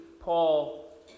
Paul